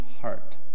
heart